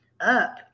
up